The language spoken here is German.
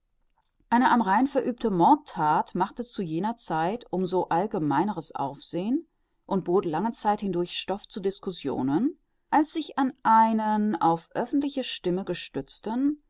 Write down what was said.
eine am rhein verübte mordthat machte zu jener zeit um so allgemeineres aufsehen und bot lange zeit hindurch stoff zu discussionen als sich an einen auf öffentliche stimme gestützten